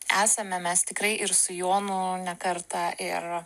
esame mes tikrai ir su jonu ne kartą ir